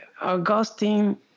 Augustine